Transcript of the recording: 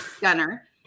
Gunner